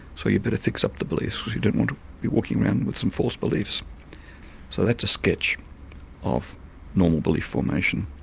so you'd better fix up the beliefs cause you don't to be walking around with some false beliefs so that's a sketch of normal belief formation.